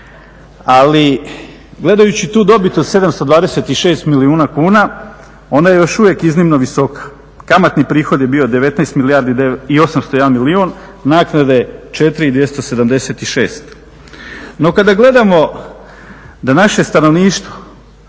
Ali gledajući tu dobit od 726 milijuna kuna ona je još uvijek iznimno visoka. Kamatni prihod je bio 19 milijardi i 801 milijun, naknade 4 i 276. No, kada gledamo da naše stanovništvo